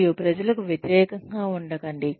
మరియు ప్రజలకు వ్యతిరేకంగా ఉండకండి